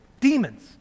demons